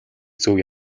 зөв